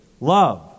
love